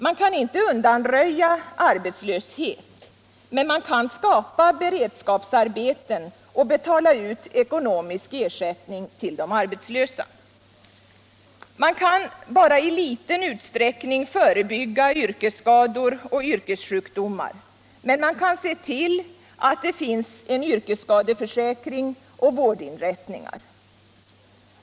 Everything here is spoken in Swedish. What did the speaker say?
Man kan inte undanröja arbetslösheten, men man kan skapa beredskapsarbeten och betala ut ekonomisk ersättning till de arbetslösa. Man kan bara i liten utsträckning förebygga yrkesskador och yrkessjukdomar, men man kan se till att det finns en yrkesskadeförsäkring och vårdinrättningar.